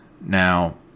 Now